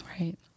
Right